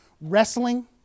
wrestling